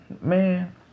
man